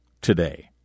today